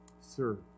Sir